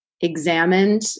examined